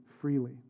freely